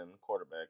quarterback